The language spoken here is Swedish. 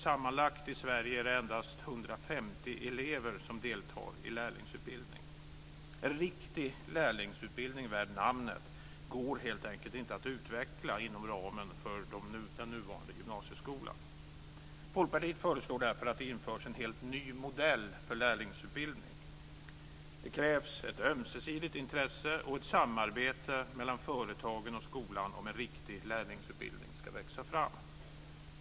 Sammanlagt är det endast 150 elever i Sverige som deltar i lärlingsutbildning. En riktig lärlingsutbildning värd namnet går helt enkelt inte att utveckla inom ramen för den nuvarande gymnasieskolan. Folkpartiet föreslår därför att det införs en helt ny modell för lärlingsutbildningen. Det krävs ett ömsesidigt intresse och ett samarbete mellan företagen och skolan om en riktig lärlingsutbildning ska växa fram.